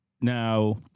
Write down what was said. now